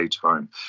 time